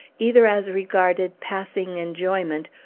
either as regarded passing enjoyment,